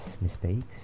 mistakes